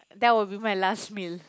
that would be my last meal